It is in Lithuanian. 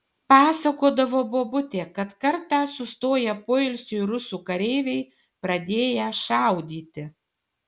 pasakodavo bobutė kad kartą sustoję poilsiui rusų kareiviai pradėję šaudyti